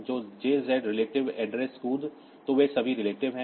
तो JZ relative address jump तो वे सभी relative हैं